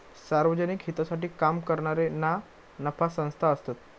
सार्वजनिक हितासाठी काम करणारे ना नफा संस्था असतत